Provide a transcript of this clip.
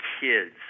kids